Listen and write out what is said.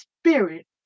spirit